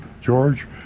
George